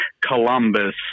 Columbus